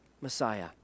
Messiah